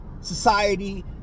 society